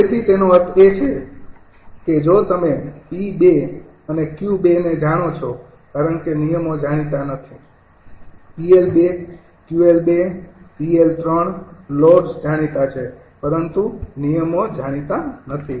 તેથી તેનો અર્થ એ કે જો તમે 𝑃૨ અને 𝑄૨ ને જાણો છો કારણ કે નિયમો જાણીતા નથી 𝑃𝐿૨𝑄𝐿૨𝑃𝐿૩ લોડ્સ જાણીતા છે પરંતુ નિયમો જાણીતા નથી